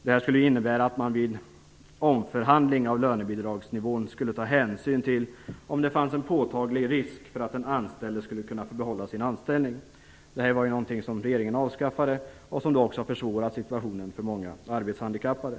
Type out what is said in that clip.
Det skulle innebära att man vid omförhandling av lönebidragsnivån tog hänsyn till om det fanns en påtaglig risk när det gäller den anställdes möjligheter att få behålla sin anställning. Det här avskaffade ju regeringen, vilket har försvårat situationen för många arbetshandikappade.